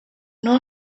know